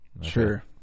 Sure